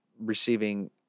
receiving